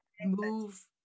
move